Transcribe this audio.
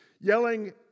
Yelling